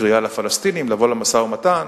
קריאה לפלסטינים לבוא למשא-ומתן,